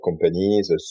companies